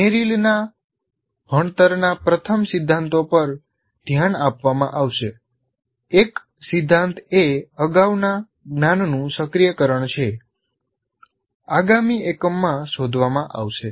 મેરિલના ભણતરના પ્રથમ સિદ્ધાંતો પર ધ્યાન આપવામાં આવશે એક સિદ્ધાંત એ અગાઉના જ્ઞાનનું સક્રિયકરણ છે આગામી એકમમાં શોધવામાં આવશે